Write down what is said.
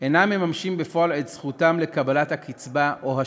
אינם מממשים בפועל את זכותם לקבלת הקצבה או השירות.